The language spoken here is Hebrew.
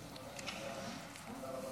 חוק זכויות החולה (תיקון מס'